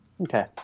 Okay